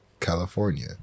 California